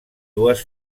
dues